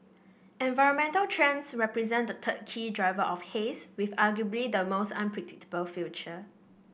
environmental trends represent the third key driver of haze with arguably the most unpredictable future